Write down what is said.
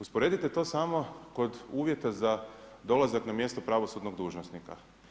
Usporedite to samo kod uvjeta za dolazak na mjesto pravosudnog dužnosnika.